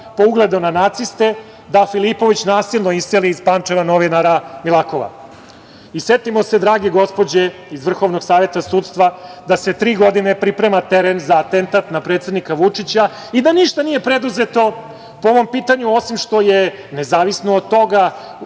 po ugledu na naciste, da Filipović nasilno iseli iz Pančeva novinara Milakova. Setimo se, drage gospođe, iz Vrhovnog saveta sudstva, da se tri godine priprema teren za atentat na predsednika Vučića i da ništa nije preduzeto po ovom pitanju osim što je nezavisno od toga